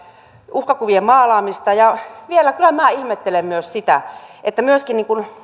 uhkakuvien maalaamista kyllä minä ihmettelen myös sitä että